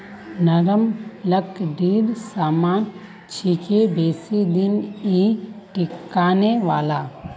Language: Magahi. नरम लकड़ीर सामान छिके बेसी दिन नइ टिकने वाला